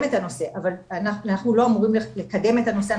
את הנושא אבל אנחנו לא אמורים לקדם את הנושא,